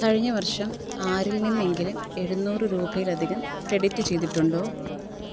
കഴിഞ്ഞ വർഷം ആരിൽ നിന്നെങ്കിലും എഴുനൂറ് രൂപയിലധികം ക്രെഡിറ്റ് ചെയ്തിട്ടുണ്ടോ